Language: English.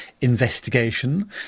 investigation